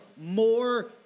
more